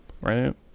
Right